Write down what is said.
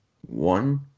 one